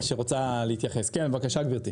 בבקשה, גברתי.